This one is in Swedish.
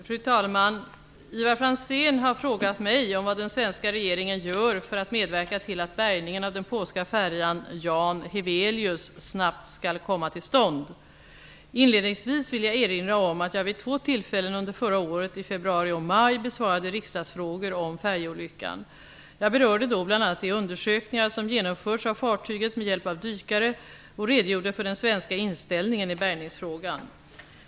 Fru talman! Ivar Franzén har frågat mig om vad den svenska regeringen gör för att medverka till att bärgningen av den polska färjan Jan Heweliusz snabbt skall komma till stånd. Inledningsvis vill jag erinra om att jag vid två tillfällen under förra året -- i februari och maj -- besvarade riksdagsfrågor om färjeolyckan. Jag berörde då bl.a. de undersökningar som genomförts av fartyget med hjälp av dykare, och redogjorde för den svenska inställningen i bärgningsfrågan.